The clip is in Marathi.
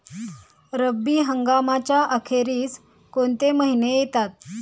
रब्बी हंगामाच्या अखेरीस कोणते महिने येतात?